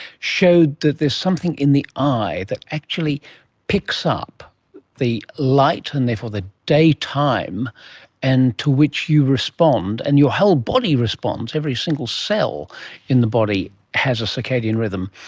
showed that there is something in the eye that actually picks up the light and therefore the day time and to which you respond, and your whole body responds, every single cell in the body has a circadian rhythm.